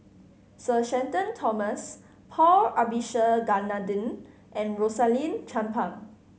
Sir Shenton Thomas Paul Abisheganaden and Rosaline Chan Pang